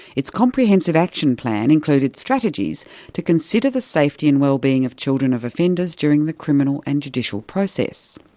its comprehensive action plan included strategies to consider the safety and wellbeing of children of offenders during the criminal and judicial process.